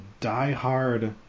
diehard